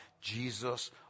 Jesus